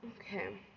Okay